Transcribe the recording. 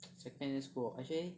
secondary school actually